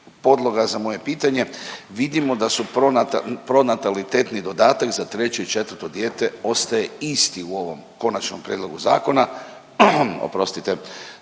podloga za moje pitanje. Vidimo da su pronatalitetni dodatak za treće i četvrto dijete ostaje isti u ovom konačnom prijedlogu zakona,